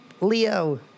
Leo